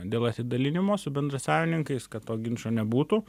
dėl atidalinimo su bendrasavininkais kad to ginčo nebūtų